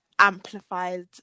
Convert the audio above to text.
Amplified